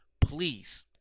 please